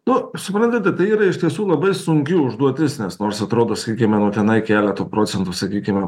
nu suprantate tai yra iš tiesų labai sunki užduotis nes nors atrodo sakykime nu tenai keletu procentų sakykime